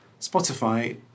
Spotify